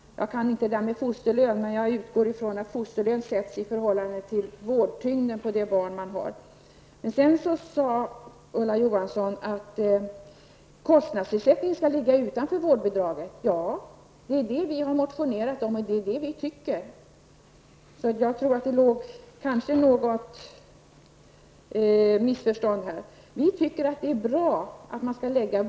Jag kan inte reglerna för fosterlön, men jag utgår från att fosterlönen bestäms i förhållande till vårdtyngden på det barn man har. Sedan sade Ulla Johansson att kostnadsersättning skall ligga utanför vårdbidraget. Ja, det tycker vi, och det har vi motionerat om. Jag tror därför att det låg något missförstånd bakom Ulla Johanssons formulering.